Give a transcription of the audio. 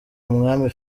umwami